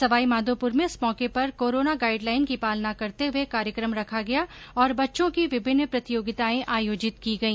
सवाई माधोपुर में इस मौके पर कोरोना गाइडलाईन की पालना करते हुये कार्यकम रखा गया और बच्चों की विभिन्न प्रतियोगितायें आयोजित की गई